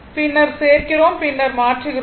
பின்னர் சேர்க்கிறோம் பின்னர் மாற்றுகிறோம்